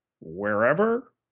wherever